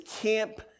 Camp